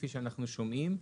כפי שאנחנו שומעים.